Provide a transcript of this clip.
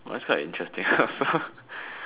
mine's quite interesting uh so